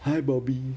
hi bobby